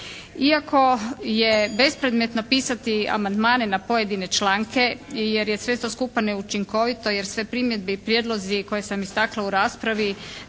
Iako je bezpredmetno pisati amandmane na pojedine člnake i jer je sve to skupa neučinkovito, jer sve primjedbe i prijedlozi koje sam istakla u raspravi